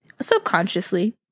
subconsciously